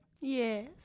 Yes